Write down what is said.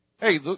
hey